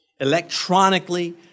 electronically